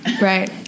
Right